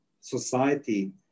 society